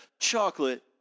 chocolate